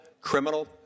criminal